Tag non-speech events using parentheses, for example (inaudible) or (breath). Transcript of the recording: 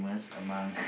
(breath)